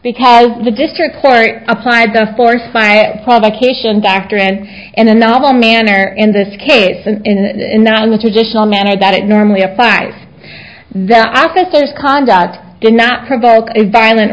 because the district court applied the force by a provocation doctrine in a novel manner in this case and not in the traditional manner that it normally applies the officers conduct did not provoke a violent